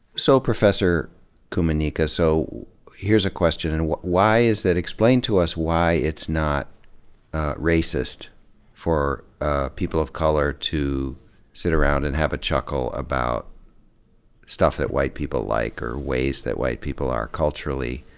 so, professor kumanyika, so here's a question. and why is it, explain to us why it's not racist for ah people of color to sit around and have a chuckle about stuff that white people like, or ways that white people are culturally,